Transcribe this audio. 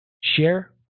share